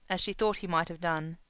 as she thought he might have done.